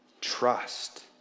trust